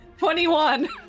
21